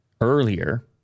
earlier